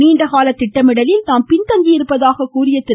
நீண்ட கால திட்டமிடலில் நாம் பின்தங்கியிருப்பதாக கூறிய திரு